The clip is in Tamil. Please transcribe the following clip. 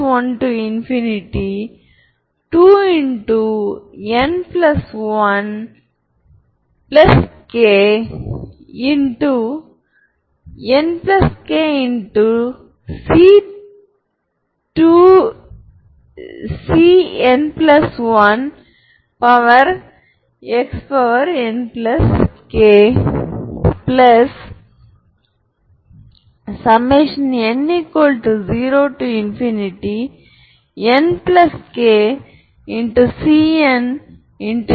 நாம் முன்பு கற்றுக்கொண்ட மற்றொரு சொத்து தனித்துவமான ஐகென் மதிப்புகள் 1647 ஐகென் மதிப்புகள் அனைத்தும் வித்தியாசமாக இருந்தால்